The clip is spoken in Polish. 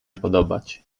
podobać